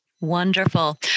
Wonderful